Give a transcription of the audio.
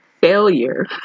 failure